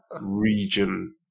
region